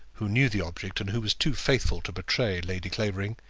who knew the object, and who was too faithful to betray lady clavering,